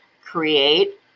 create